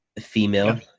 female